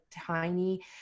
tiny